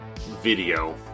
video